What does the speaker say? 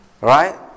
Right